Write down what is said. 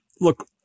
look